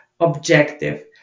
objective